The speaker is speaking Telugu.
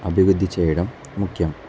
అభివృద్ధి చేయడం ముఖ్యం